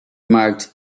marked